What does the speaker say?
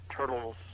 Turtles